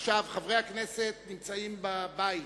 עכשיו חברי הכנסת נמצאים בבית,